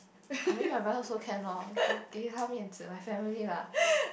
maybe my brother also can loh 给他面子: gei ta mian zi my family lah